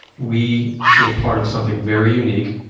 we were part of something very unique